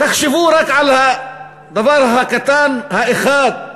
תחשבו רק על הדבר הקטן האחד: